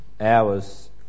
hours